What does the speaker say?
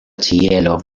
ĉielo